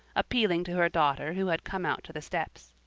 appealing to her daughter who had come out to the steps.